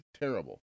terrible